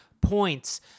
points